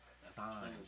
Sign